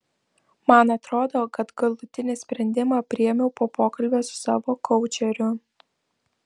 man atrodo kad galutinį sprendimą priėmiau po pokalbio su savo koučeriu